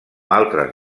altres